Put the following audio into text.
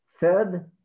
Third